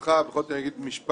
ובכל זאת אני אגיד משפט: